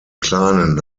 kleinen